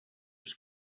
was